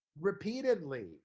repeatedly